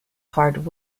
hard